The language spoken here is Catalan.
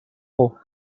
por